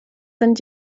sind